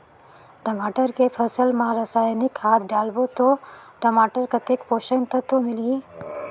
टमाटर के फसल मा रसायनिक खाद डालबो ता टमाटर कतेक पोषक तत्व मिलही?